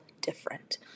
different